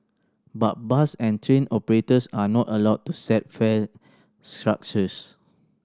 but bus and train operators are not allowed to set fare structures